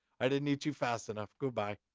i didn't eat you fast enough. goodbye.